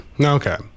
Okay